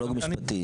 פתולוג משפטי,